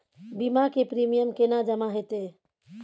बीमा के प्रीमियम केना जमा हेते?